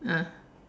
ah